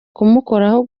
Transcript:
kumukoraho